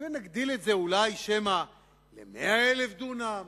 ונגדיל את זה, אולי, שמא ל-100,000 דונם,